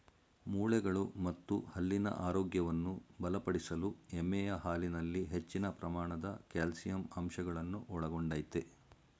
ಮೂಳೆಗಳು ಮತ್ತು ಹಲ್ಲಿನ ಆರೋಗ್ಯವನ್ನು ಬಲಪಡಿಸಲು ಎಮ್ಮೆಯ ಹಾಲಿನಲ್ಲಿ ಹೆಚ್ಚಿನ ಪ್ರಮಾಣದ ಕ್ಯಾಲ್ಸಿಯಂ ಅಂಶಗಳನ್ನು ಒಳಗೊಂಡಯ್ತೆ